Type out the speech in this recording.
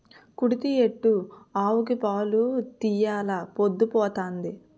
కుడితి ఎట్టు ఆవుకి పాలు తీయెలా పొద్దు పోతంది